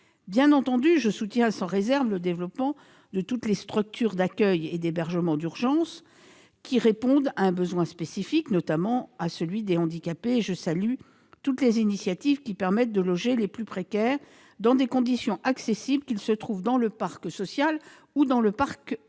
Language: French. Bien entendu, je soutiens sans réserve le développement de toutes les structures d'accueil et d'hébergement d'urgence qui répondent à un besoin spécifique, notamment à celui des handicapés, et je salue toutes les initiatives qui permettent de loger les plus précaires dans des conditions accessibles, qu'ils se trouvent dans le parc social ou privé. Mais